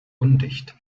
undicht